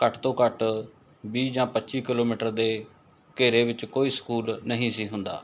ਘੱਟ ਤੋਂ ਘੱਟ ਵੀਹ ਜਾਂ ਪੱਚੀ ਕਿਲੋਮੀਟਰ ਦੇ ਘੇਰੇ ਵਿੱਚ ਕੋਈ ਸਕੂਲ ਨਹੀਂ ਸੀ ਹੁੰਦਾ